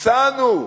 הצענו,